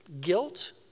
Guilt